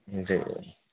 جی